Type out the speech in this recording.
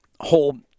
whole